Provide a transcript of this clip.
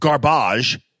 garbage